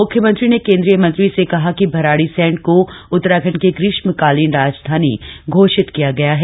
मुख्यमंत्री ने केंद्रीय मंत्री से कहा कि भराड़ीसैंण को उत्तराखण्ड की ग्रीष्मकालीन राजधानी घोषित किया गया है